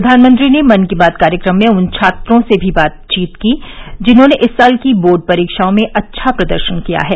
प्रधानमंत्री ने मन की बात कार्यक्रम में उन छात्रों से भी बातचीत की जिन्होंने इस साल की बोर्ड परीक्षाओं में अच्छा प्रदर्शन किया है